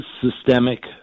systemic